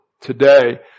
today